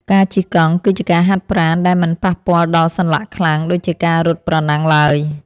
ការជិះកង់ គឺជាការហាត់ប្រាណដែលមិនប៉ះពាល់ដល់សន្លាក់ខ្លាំង ដូចជាការរត់ប្រណាំងឡើយ។